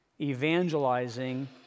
evangelizing